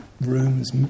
rooms